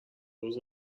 روز